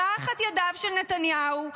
תחת ידיו של נתניהו,